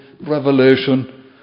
revelation